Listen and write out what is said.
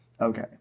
Okay